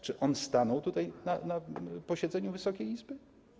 Czy on stanął tutaj, na posiedzeniu Wysokiej Izby?